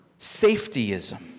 Safetyism